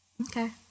Okay